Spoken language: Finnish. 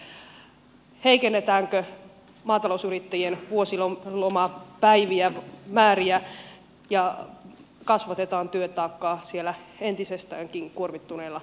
vähennetäänkö maatalousyrittäjien vuosilomapäivien määriä ja kasvatetaan työtakkaa siellä entisestäänkin kuormittuneilla maatiloilla